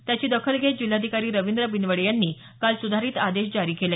याची दखल घेत जिल्हाधिकारी रवींद्र बिनवडे यांनी काल सुधारित आदेश जारी केले